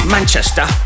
Manchester